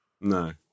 No